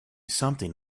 something